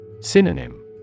Synonym